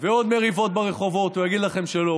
ועוד מריבות ברחובות, הוא יגיד לכם שלא.